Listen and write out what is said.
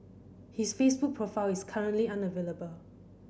his Facebook profile is currently unavailable